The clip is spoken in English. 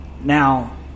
Now